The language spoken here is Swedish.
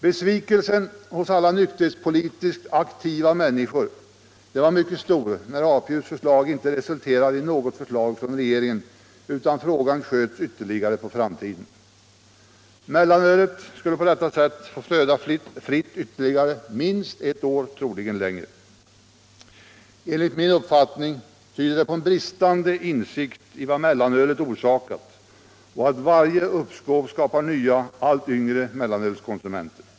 Besvikelsen hos alla nykterhetspolitiskt aktiva människor var mycket stor när APU:s förslag inte resulterade i något förslag från regeringen utan frågan sköts ytterligare på framtiden. Mellanölet skulle på detta sätt få flöda fritt ytterligare minst ett år, troligen längre. Enligt min uppfattning tyder det på bristande insikt i vad mellanölet orsakat. Varje uppskov skapar nya, allt yngre mellanölskonsumenter.